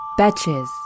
Betches